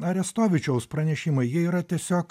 arestovičiaus pranešimai jie yra tiesiog